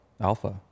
Alpha